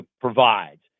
provides